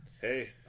Hey